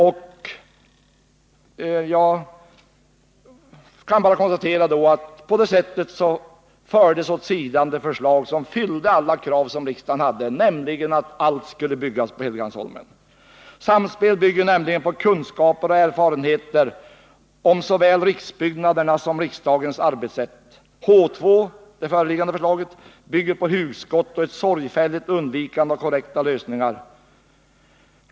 Jag kan bara konstatera att på det sättet fördes det förslag åt sidan som uppfyllde alla krav som riksdagen ställt, nämligen att alla riksdagsbyggnaderna skulle byggas på Helgeandsholmen. Samspel bygger på kunskaper om och erfarenheter av såväl riksbyggnaderna som riksdagens arbetssätt. H 2 — det föreliggande förslaget — bygger på hugskott och ett sorgfälligt undvikande av korrekta lösningar.